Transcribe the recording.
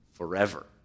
forever